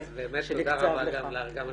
תודה רבה גם לך,